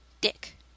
Dick